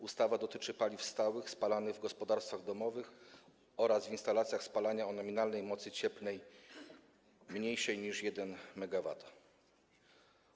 Ustawa dotyczy paliw stałych spalanych w gospodarstwach domowych oraz w instalacjach spalania o nominalnej mocy cieplnej mniejszej niż 1 MW.